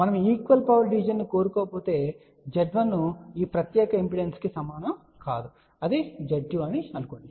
మనము equal power division ను కోరుకోకపోతే Z1 ఈ ప్రత్యేక ఇంపిడెన్స్కు సమానం కాదు అది Z2 అని చెప్పనివ్వండి